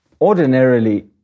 Ordinarily